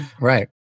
Right